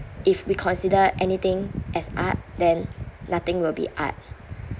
if we consider anything as art then nothing will be art